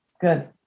Good